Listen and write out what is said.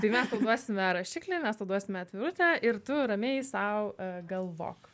tai mes tau duosime rašiklį mes tau duosime atvirutę ir tu ramiai sau galvok